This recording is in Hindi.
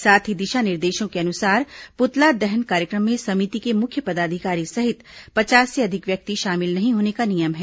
साथ ही दिशा निर्देशों के अनुसार पुतला दहन कार्यक्रम में समिति के मुख्य पदाधिकारी सहित पचास से अधिक व्यक्ति शामिल नहीं होने का नियम है